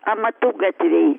amatų gatvėj